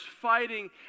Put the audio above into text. fighting